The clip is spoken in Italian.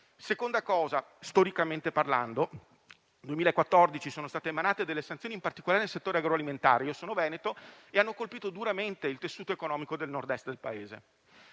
secondo elemento, storicamente parlando. Nel 2014 sono state emanate delle sanzioni in particolare nel settore agroalimentare - io sono veneto - che hanno colpito duramente il tessuto economico del Nord-Est del Paese.